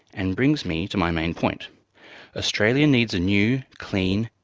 and brings me to my main point australia needs a new, clean,